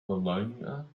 bologna